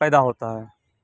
پیدا ہوتا ہے